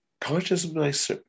Consciousness